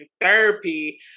therapy